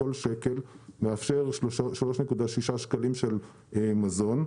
כל שקל מאפשר 3.6 שקלים של מזון,